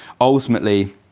ultimately